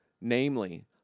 namely